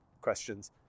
questions